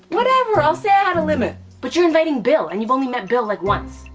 whatever, i'll say i had a limit. but you're inviting bill and you've only met bill like once.